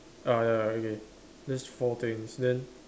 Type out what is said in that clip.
ah ya okay that's four things then